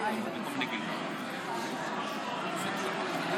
מבקש מבועז או להתנצל או לצאת.